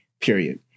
period